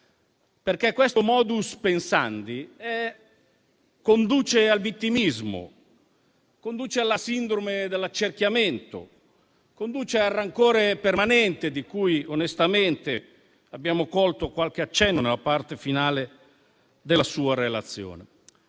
sua. Questo *modus pensandi* conduce al vittimismo, alla sindrome dell'accerchiamento, al rancore permanente di cui onestamente abbiamo colto qualche accenno nella parte finale della sua relazione.